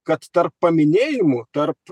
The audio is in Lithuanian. kad tarp paminėjimų tarp